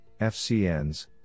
FCNs